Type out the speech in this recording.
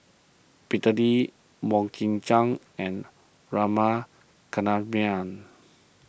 Peter Lee Mok King Jang and Rama Kannabiran